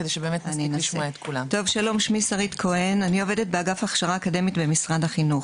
אני עובדת באגף ההכשרה האקדמית במשרד החינוך.